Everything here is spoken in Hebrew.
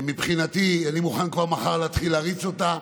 שמבחינתי אני מוכן כבר מחר להתחיל להריץ אותה,